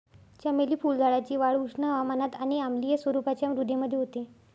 चमेली फुलझाडाची वाढ उष्ण हवामानात आणि आम्लीय स्वरूपाच्या मृदेमध्ये होते